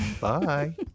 Bye